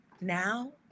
now